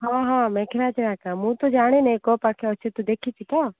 ହଁ ହଁ ଏକା ମୁଁ ତ ଜାଣିନାହିଁ କୋଉ ପାଖେ ଅଛି ତୁ ଦେଖିଛୁ ତ